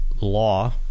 law